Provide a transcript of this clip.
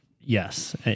yes